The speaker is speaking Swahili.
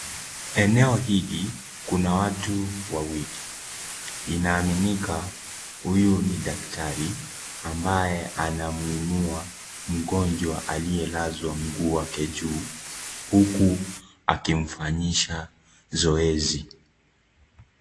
Eneo hili kuna watu wawili inaaminika huyu ni daktari ambaye anamuinua mgonjwa aliyelazwa mguu wake juu huku akimfanyisha zoezi.